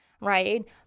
right